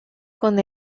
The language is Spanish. con